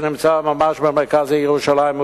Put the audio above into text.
שנמצא ממש במרכז העיר ירושלים,